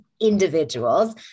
individuals